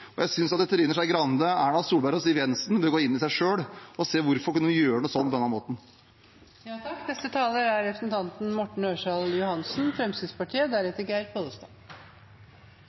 og jeg synes at Trine Skei Grande, Erna Solberg og Siv Jensen bør gå i seg selv og se på hvordan de kunne gjøre det på denne måten. Jeg ønsker bare å knytte en liten kommentar til representanten